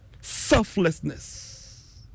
selflessness